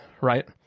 right